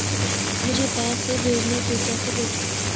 मुझे पैसे भेजने थे कैसे भेजूँ?